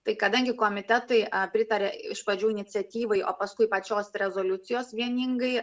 tai kadangi komitetai pritarė iš pradžių iniciatyvai o paskui pačios rezoliucijos vieningai